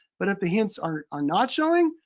but if the hints are are not showing,